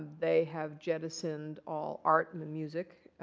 they have jettisoned all art and music.